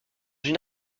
une